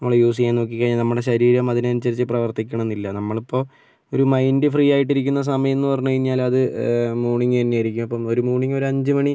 നമ്മള് യൂസ് ചെയ്യാൻ നോക്കിക്കഴിഞ്ഞാൽ നമ്മുടെ ശരീരം അതിനനുസരിച്ച് പ്രവർത്തിക്കണം എന്നില്ല നമ്മളിപ്പോൾ ഒരു മൈൻഡ് ഫ്രീ ആയിട്ട് ഇരിക്കുന്ന സമയം എന്നു പറഞ്ഞു കഴിഞ്ഞാ ൽ അത് മോർണിംഗ് തന്നെയായിരിക്കും അപ്പോൾ മോർണിംഗ് ഒരഞ്ചുമണി